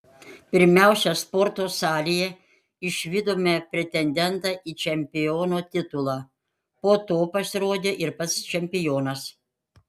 pirmiausia sporto salėje išvydome pretendentą į čempiono titulą po to pasirodė ir pats čempionas